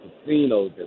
casinos